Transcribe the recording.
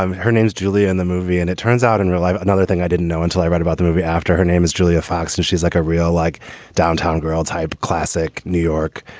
um her name, julia in the movie. and it turns out in real life. another thing i didn't know until i read about the movie after her name is julia fox. and she's like a real like downtown girl type classic, new york,